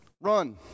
run